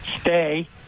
stay